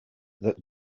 that